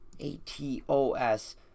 atos